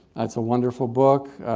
it's a wonderful book.